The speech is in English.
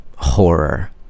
Horror